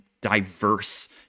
diverse